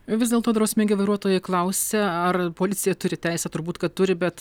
vis dėlto drausmingi vairuotojai klausia ar policija turi teisę turbūt kad turi bet